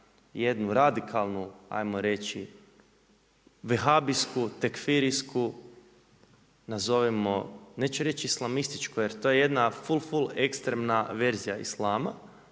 jednu radikalnu, ajmo reći vehabijsku, tekfirijsku, nazovimo, neću reći islamističku, jer to je jedna ful ful ekstremna verzija Islama,